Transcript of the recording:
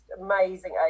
amazing